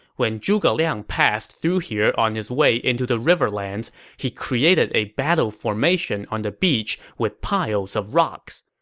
when zhuge liang passed through here on his way into the riverlands, he created a battle formation on the beach with piles of rocks.